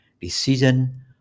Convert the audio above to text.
decision